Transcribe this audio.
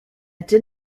did